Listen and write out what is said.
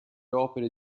opere